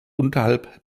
unterhalb